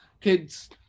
kids